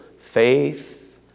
faith